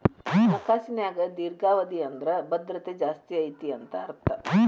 ಹಣಕಾಸಿನ್ಯಾಗ ದೇರ್ಘಾವಧಿ ಅಂದ್ರ ಭದ್ರತೆ ಜಾಸ್ತಿ ಐತಿ ಅಂತ ಅರ್ಥ